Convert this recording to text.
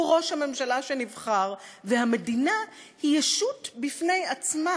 הוא ראש הממשלה שנבחר והמדינה היא ישות בפני עצמה,